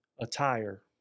Attire